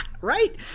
right